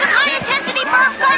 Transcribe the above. high-intensity, barf-causing